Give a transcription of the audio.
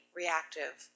reactive